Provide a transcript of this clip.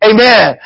Amen